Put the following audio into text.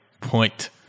point